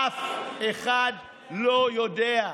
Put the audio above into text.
אף אחד לא יודע.